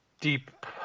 deep